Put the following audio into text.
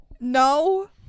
no